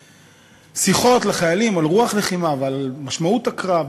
ושיחות לחיילים על רוח לחימה ועל משמעות הקרב.